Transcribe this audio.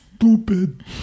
Stupid